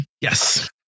Yes